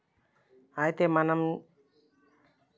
అయితే మనం జనపనారను గోనే సంచులకు జూట్ కాటన్ బట్టలకు సాన వాడ్తర్